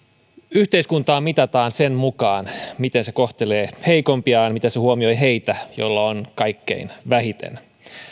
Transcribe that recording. yhteiskuntaa mitataan sen mukaan miten se kohtelee heikompiaan miten se huomioi heitä joilla on kaikkein vähiten